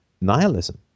nihilism